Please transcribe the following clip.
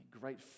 great